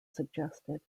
suggested